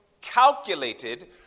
calculated